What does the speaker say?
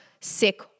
sick